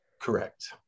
Correct